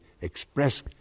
express